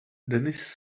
dennis